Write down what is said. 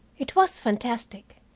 it was fantastic,